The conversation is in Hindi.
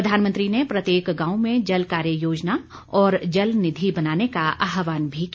प्रधानमंत्री ने प्रत्येक गांव में जल कार्य योजना और जल निधि बनाने का आह्वान भी किया